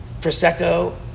Prosecco